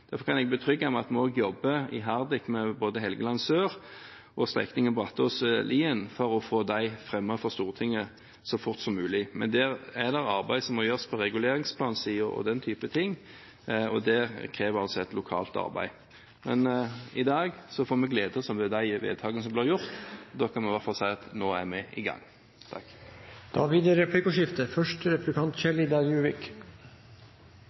Derfor kan jeg berolige med at vi også jobber iherdig med både Helgeland sør og strekningen Brattås–Lien for å få dem fremmet for Stortinget så fort som mulig. Men der er det arbeid som må gjøres på reguleringsplansiden og den type ting. Det krever et lokalt arbeid. I dag får vi glede oss over de vedtakene som blir gjort. Da kan vi i hvert fall si: Nå er vi i gang! Det blir replikkordskifte.